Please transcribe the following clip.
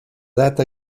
data